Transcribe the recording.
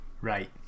Right